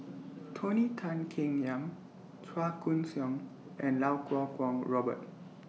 Tony Tan Keng Yam Chua Koon Siong and Iau Kuo Kwong Robert